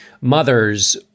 mothers